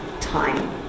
time